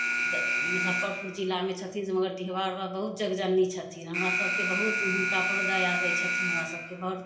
मुजफ्फरपुर जिलामे छथिन से मगर डिहबार बाबा बहुत जगजननी छथिन हमरा सभके बहुत हुनकापर दया दै छथिन हमरा सभके बड़